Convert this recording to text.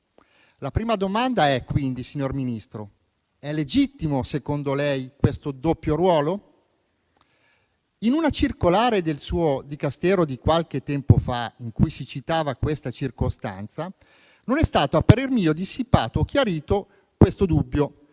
La prima domanda è, quindi, signor Ministro, se secondo lei questo doppio ruolo è legittimo. In una circolare del suo Dicastero di qualche tempo fa in cui si citava questa circostanza non è stato - a parer mio - dissipato o chiarito questo dubbio.